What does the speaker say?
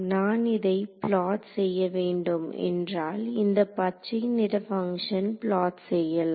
நான் இதை பிளாட் செய்யவேண்டும் என்றால் இந்த பச்சை நிற பங்ஷனை பிளாட் செய்யலாம்